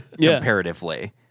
comparatively